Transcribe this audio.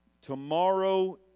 Tomorrow